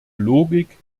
logik